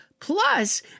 Plus